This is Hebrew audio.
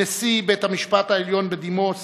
נשיא בית-המשפט העליון בדימוס